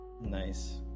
nice